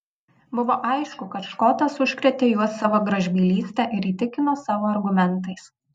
buvo aišku kad škotas užkrėtė juos savo gražbylyste ir įtikino savo argumentais